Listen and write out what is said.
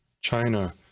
China